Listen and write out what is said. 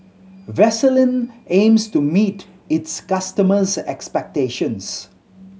Vaselin aims to meet its customers' expectations